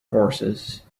horses